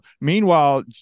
meanwhile